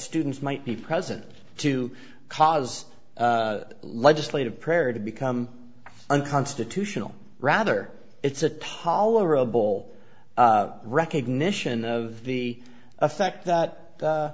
students might be present to cause legislative prayer to become unconstitutional rather it's a tolerable recognition of the effect that